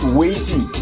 waiting